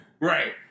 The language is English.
Right